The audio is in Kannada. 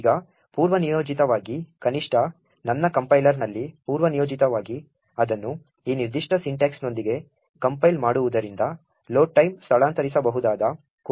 ಈಗ ಪೂರ್ವನಿಯೋಜಿತವಾಗಿ ಕನಿಷ್ಠ ನನ್ನ ಕಂಪೈಲರ್ನಲ್ಲಿ ಪೂರ್ವನಿಯೋಜಿತವಾಗಿ ಅದನ್ನು ಈ ನಿರ್ದಿಷ್ಟ ಸಿಂಟ್ಯಾಕ್ಸ್ನೊಂದಿಗೆ ಕಂಪೈಲ್ ಮಾಡುವುದರಿಂದ ಲೋಡ್ ಟೈಮ್ ಸ್ಥಳಾಂತರಿಸಬಹುದಾದ ಕೋಡ್ ಅನ್ನು ರಚಿಸುತ್ತದೆ